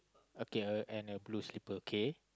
okay a and a blue slipper kay